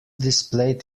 displayed